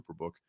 Superbook